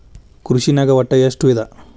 ಕೃಷಿನಾಗ್ ಒಟ್ಟ ಎಷ್ಟ ವಿಧ?